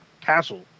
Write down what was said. castle